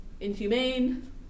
inhumane